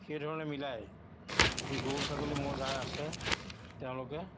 সেইধৰণে মিলাই যি গৰু ছাগলী ম'হ যাৰ আছে তেওঁলোকে